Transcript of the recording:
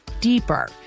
deeper